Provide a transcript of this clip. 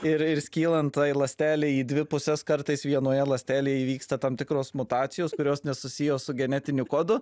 ir ir skylant tai ląstelei į dvi puses kartais vienoje ląstelėje įvyksta tam tikros mutacijos kurios nesusijo su genetiniu kodu